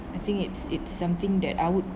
I think it's it's something that I would